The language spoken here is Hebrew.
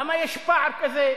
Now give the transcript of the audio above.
למה יש פער כזה?